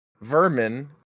vermin